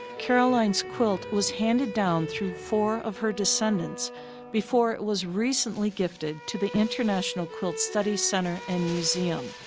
caroline's quilt was handed down through four of her descendants before it was recently gifted to the international quilt studies center and museum.